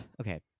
okay